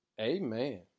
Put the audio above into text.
amen